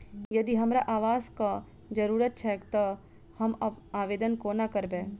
यदि हमरा आवासक जरुरत छैक तऽ हम आवेदन कोना करबै?